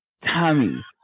Tommy